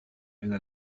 إلى